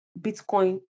Bitcoin